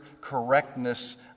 correctness